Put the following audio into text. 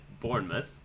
Bournemouth